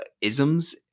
isms